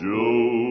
Joe